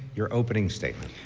your opening statement.